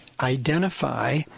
identify